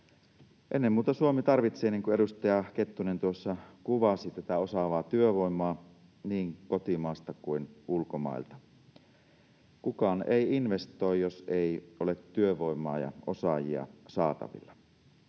Ennen muuta Suomi tarvitsee, niin kuin edustaja Kettunen tuossa kuvasi, osaavaa työvoimaa niin kotimaasta kuin ulkomailta. Kukaan ei investoi, jos ei ole työvoimaa ja osaajia saatavilla.